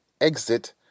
exit